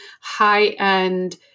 high-end